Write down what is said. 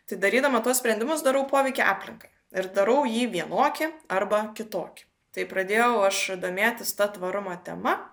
tai darydama tuos sprendimus darau poveikį aplinkai ir darau jį vienokį arba kitokį tai pradėjau aš domėtis ta tvarumo tema